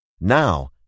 Now